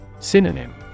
Synonym